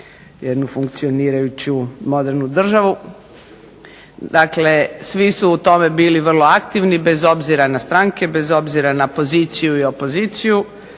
jednu funkcionirajuće modernu državu. Dakle, svi su u tome bili vrlo aktivni bez obzira na stranke, bez obzira na poziciju i opoziciju